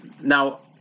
Now